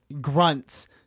grunts